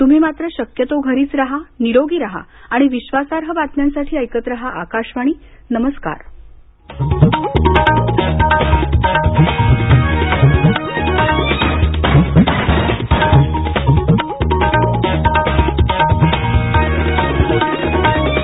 तुम्ही मात्र शक्यतो घरीच रहा निरोगी रहा आणि विश्वासार्ह बातम्यांसाठी ऐकत रहा आकाशवाणी नमरुकार